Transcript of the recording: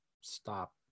stop